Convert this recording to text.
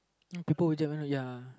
you know people always ya